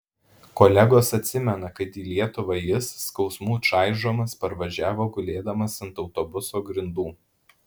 kolegos atsimena kad į lietuvą jis skausmų čaižomas parvažiavo gulėdamas ant autobuso grindų